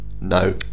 No